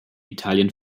italien